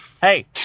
Hey